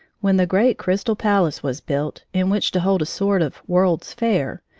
when the great crystal palace was built in which to hold a sort of world's fair,